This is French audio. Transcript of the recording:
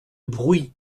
brouis